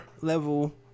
level